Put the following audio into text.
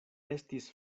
estis